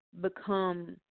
become